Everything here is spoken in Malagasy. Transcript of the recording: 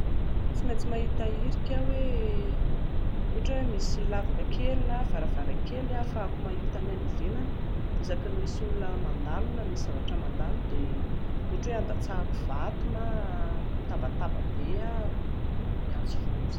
Tsy maintsy mahita hirika aho hoe ohatra hoe misy lavaka kely na varavarankely hafahako mahita ny any ivelany, isaky ny misy olona mandalo na zavatra mandalo dia ohatra hoe handatsahako vato na mitabataba be aho miantso vonjy